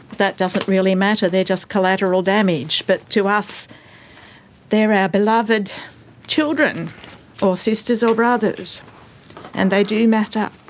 that doesn't really matter, they're just collateral damage, but to us they're our beloved children or sisters or brothers and they do matter.